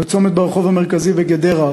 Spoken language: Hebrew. בצומת ברחוב המרכזי בגדרה,